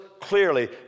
clearly